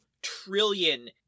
trillion